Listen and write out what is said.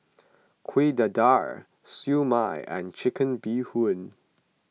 Kuih Dadar Siew Mai and Chicken Bee Hoon